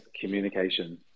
communication